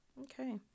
Okay